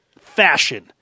fashion